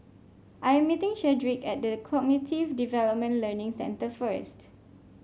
I am meeting Chadrick at The Cognitive Development Learning Centre first